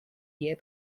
year